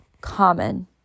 common